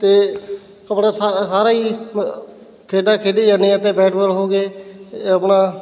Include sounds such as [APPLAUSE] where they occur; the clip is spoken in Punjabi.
ਅਤੇ ਆਪਣਾ ਸਾ ਸਾਰਾ ਹੀ [UNINTELLIGIBLE] ਖੇਡਾਂ ਖੇਡੀ ਜਾਂਦੀਆਂ ਅਤੇ ਬੈਟ ਬੋਲ ਹੋ ਗਏ ਆਪਣਾ